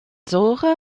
zora